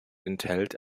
enthält